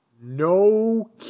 No